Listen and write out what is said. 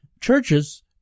churches